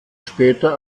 später